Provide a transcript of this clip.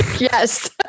Yes